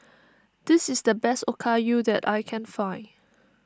this is the best Okayu that I can find